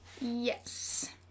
Yes